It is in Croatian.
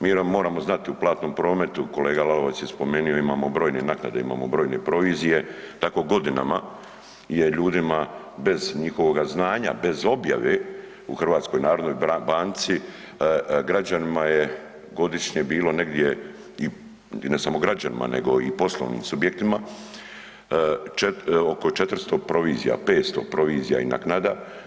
Mi moramo znati u platnom prometu kolega Lalovac je spomenuo imamo brojne naknade, imamo brojne provizije, tako godinama je ljudima bez njihovoga znanja, bez objave u HNB-u građanima je godišnje bilo negdje i ne samo građanima nego i poslovnim subjektima oko 400, 500 provizija i naknada.